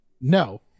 no